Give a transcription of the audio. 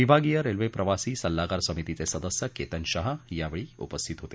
विभागीय रेल्वे प्रवासी सल्लागार समितीचे सदस्य केतन शाह यावेळी उपस्थित होते